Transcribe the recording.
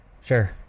sure